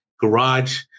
garage